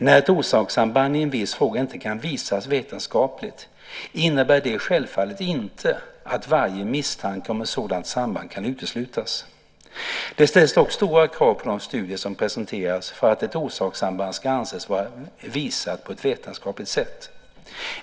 När ett orsakssamband i en viss fråga inte kan visas vetenskapligt innebär det självfallet inte att varje misstanke om ett sådant samband kan uteslutas. Det ställs dock stora krav på de studier som presenteras för att ett orsakssamband ska anses vara visat på ett vetenskapligt sätt.